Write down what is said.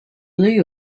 blue